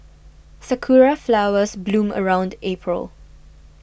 sakura flowers bloom around April